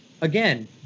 again